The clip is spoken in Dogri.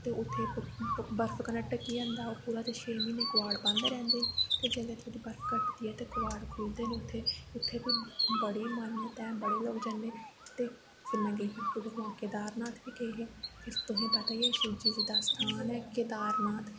ते उत्थें बर्फ कन्नै ढक्की जंदा के कबाड़ बंद रौंह्दे न जिसलै थोह्ड़ी बर्फ घटदी ऐ ते कबाड़ खुलदे न उत्थें उत्थें दी बड़ी मान्यता ऐ बड़े लोग जंदे न इक बार अस केदार नाथ बी गे हे तुसेंगी पता ऐ शिव जी दा स्थान ऐ केदार नाथ